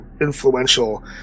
influential